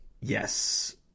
Yes